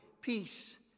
peace